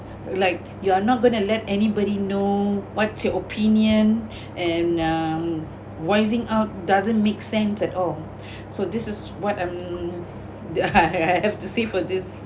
like you are not going to let anybody know what's your opinion and uh voicing out doesn't make sense at all so this is what I'm I I have to say for this